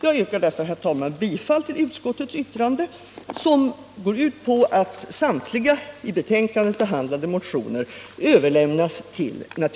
Jag yrkar, herr talman, bifall till utskottets hemställan, som går ut på att